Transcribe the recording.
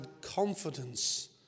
confidence